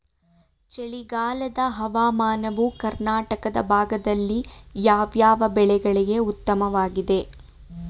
ಚಳಿಗಾಲದ ಹವಾಮಾನವು ಕರ್ನಾಟಕದ ಭಾಗದಲ್ಲಿ ಯಾವ್ಯಾವ ಬೆಳೆಗಳಿಗೆ ಉತ್ತಮವಾಗಿದೆ?